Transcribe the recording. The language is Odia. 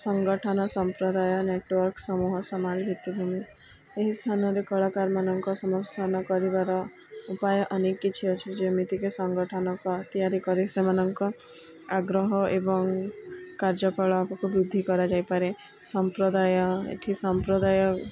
ସଂଗଠନ ସମ୍ପ୍ରଦାୟ ନେଟୱାର୍କ ସମୂହ ସମାନ ଭିତ୍ତିଭୂମି ଏହି ସ୍ଥାନରେ କଳାକାରମାନଙ୍କ ସମସ୍ୟା କରିବାର ଉପାୟ ଅନେକ କିଛି ଅଛି ଯେମିତିକି ସଂଗଠନ ତିଆରି କରି ସେମାନଙ୍କ ଆଗ୍ରହ ଏବଂ କାର୍ଯ୍ୟକଳାପକୁ ବୃଦ୍ଧି କରାଯାଇପାରେ ସମ୍ପ୍ରଦାୟ ଏଇଠି ସମ୍ପ୍ରଦାୟ